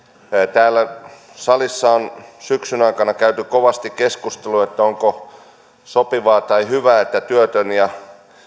täällä salissa on syksyn aikana käyty kovasti keskustelua onko sopivaa tai hyvä että työtön ja